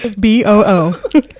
b-o-o